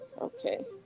Okay